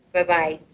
buh-bye.